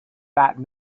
that